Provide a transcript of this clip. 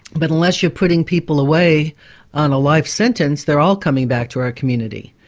but unless you're putting people away on a life sentence, they're all coming back to our community,